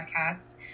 podcast